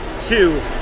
two